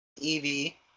Evie